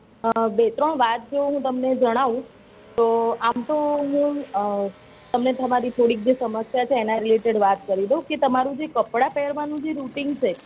બે ત્રણ વાત જો હું તમને જણાવું તો આમ તો હું તમને તમારી થોડીક જે સમસ્યા છે એના રિલેટેડ વાત કરી દઉં કે તમારું જે કપડાં પહેરવાનું જે રૂટિન છે